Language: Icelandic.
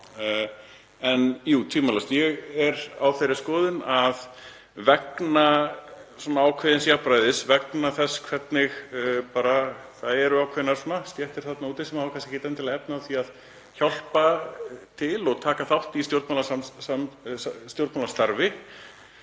En jú, tvímælalaust. Ég er á þeirri skoðun að vegna ákveðins jafnræðis, vegna þess hvernig það eru ákveðnar stéttir þarna úti sem hafa ekkert endilega efni á því að hjálpa til og taka þátt í stjórnmálastarfi